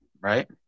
Right